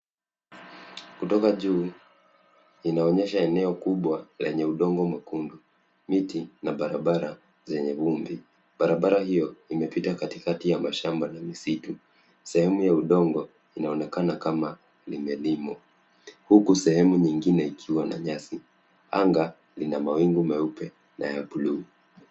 Kutoka juu inaonyesha eneo kubwa lenye udongo mwekundu, miti na barabara zenye vumbi. Barabara hio imepita katikati ya mashamba na misitu. Sehemu ya udongo, inaonekana kama imelimwa, huku sehemu nyingine ikiwa na nyasi. Anga lina mawingu meupe na ya blue .